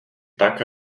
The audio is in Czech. tak